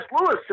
Lewis